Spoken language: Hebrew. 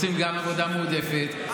רוצים גם עבודה מועדפת.